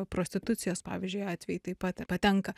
prostitucijos pavyzdžiui atvejai taip pat patenka